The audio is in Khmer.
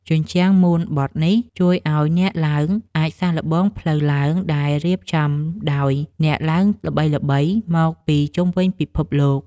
ជញ្ជាំងមូនបតនេះ ជួយឱ្យអ្នកឡើងអាចសាកល្បងផ្លូវឡើងដែលរៀបចំដោយអ្នកឡើងល្បីៗមកពីជុំវិញពិភពលោក។